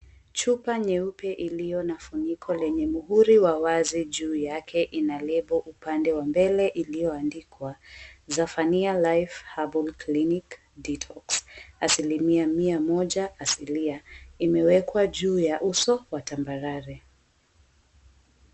Chupa nyeupe iliyo na funiko la muhuri la wazi juu yake ina label mbele iliyoandikwa Zephaniah herbal life clinic detox 100% imewekwa juu ya uso wa tambarare.